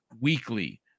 weekly